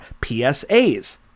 PSAs